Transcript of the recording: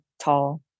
tall